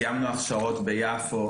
קיימנו הכשרות ביפו,